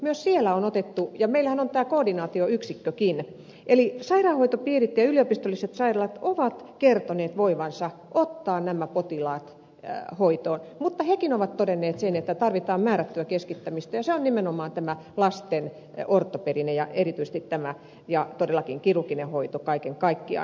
myös siellä on otettu ja meillähän on tämä koordinaatioyksikkökin eli sairaanhoitopiirit ja yliopistolliset sairaalat ovat kertoneet voivansa ottaa nämä potilaat hoitoon mutta hekin ovat todenneet sen että tarvitaan määrättyä keskittämistä ja se on nimenomaan tämä lasten ortopedinen ja erityisesti tämä ja todellakin kirurginen hoito kaiken kaikkiaan